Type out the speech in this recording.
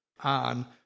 on